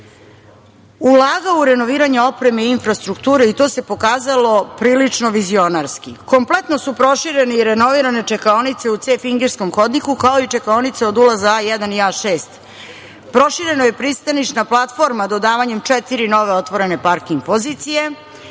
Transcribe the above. ulagao u renoviranje opreme i infrastrukture i to se pokazalo prilično vizionarski. Kompletno su proširene i renovirane čekaonice u ce fingerskom hodniku, kao i čekaonice od ulaza A1 i A6, proširena je pristaništna platforma dodavanjem četiri nove otvorene parking pozicije,